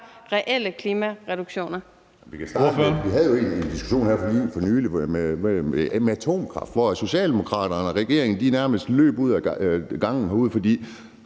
reelle klimareduktioner.